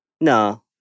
no